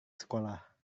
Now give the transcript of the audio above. sekolah